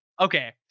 okay